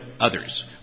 others